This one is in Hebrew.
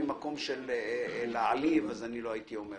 יודע להתכתב